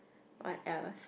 what else